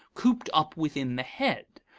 cooped up within the head,